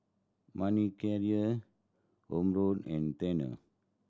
Manicare Omron and Tena